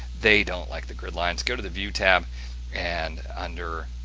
they don't like the grid lines, go to the view tab and under